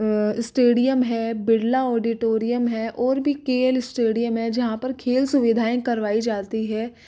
stadium है Birla auditorium है और भी के एल स्टेडियम है जहाँ पर खेल सुविधाएँ करवाई जाती है